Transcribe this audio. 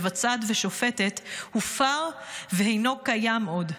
מבצעת ושופטת הופר ואינו קיים עוד.